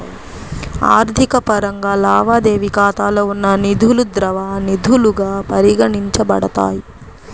ఆర్థిక పరంగా, లావాదేవీ ఖాతాలో ఉన్న నిధులుద్రవ నిధులుగా పరిగణించబడతాయి